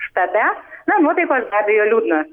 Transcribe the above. štabe na nuotaikos be abejo liūdnos